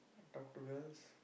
talk to girls